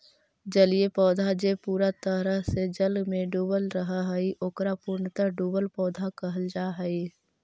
जलीय पौधा जे पूरा तरह से जल में डूबल रहऽ हई, ओकरा पूर्णतः डुबल पौधा कहल जा हई